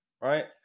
right